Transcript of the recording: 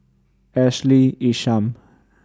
Ashley Isham